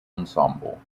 ensemble